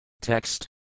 Text